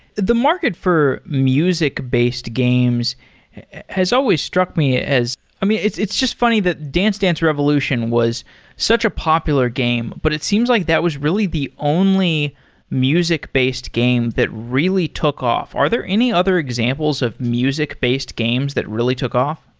the market for music-based games has always struck me as i mean, it's it's just funny that dance dance revolution was such a popular game, but it seems like that was really the only music-based game that really took off. are there any other examples of music-based games that really took off?